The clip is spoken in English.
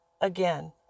Again